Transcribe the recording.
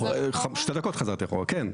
שתי דקות חזרתי אחורה, כן.